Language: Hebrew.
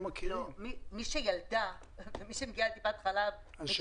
מי שילדה ומי שמגיעה לטיפת חלב, היא יודעת.